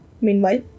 Meanwhile